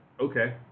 okay